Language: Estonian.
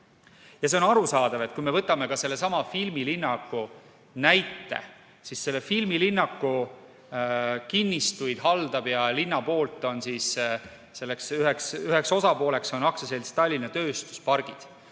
Ja see on arusaadav. Kui me võtame sellesama filmilinnaku näite, siis selle kinnistuid haldab ja linna poolt on selle üheks osapooleks aktsiaselts Tallinna Tööstuspargid.